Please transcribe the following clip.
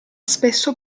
spesso